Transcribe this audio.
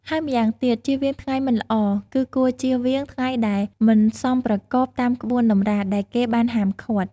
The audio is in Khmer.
ហើយម្យ៉ាងទៀតជៀសវាងថ្ងៃមិនល្អ គឺគួរជៀសវាងថ្ងៃដែលមិនសមប្រកបតាមក្បួនតម្រា ដែលគេបានហាមឃាត់។